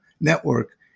network